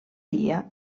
dia